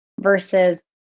versus